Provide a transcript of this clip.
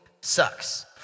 sucks